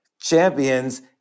champions